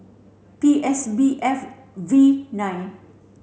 P S B F V nine